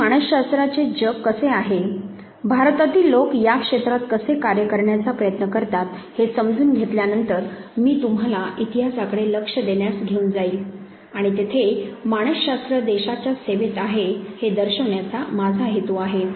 आता मानस शास्त्राचे जग कसे आहे भारतातील लोक या क्षेत्रात कसे कार्य करण्याचा प्रयत्न करतात हे समजून घेतल्यानंतर मी तुम्हाला इतिहासाकडे लक्ष देण्यास घेऊन जाईल आणि तेथे मानसशास्त्र देशाच्या सेवेत आहे हे दर्शविण्याचा माझा हेतू आहे